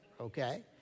okay